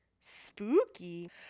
spooky